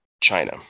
China